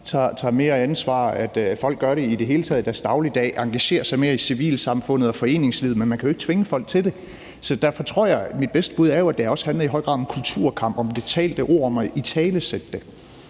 tager mere ansvar, og at folk i det hele taget gør det i deres dagligdag og engagerer sig mere i civilsamfundet og foreningslivet. Men man kan jo ikke tvinge folk til det. Så derfor er mit bedste bud, at det i høj grad også handler om en kulturkamp, om det talte ord og om at italesætte det.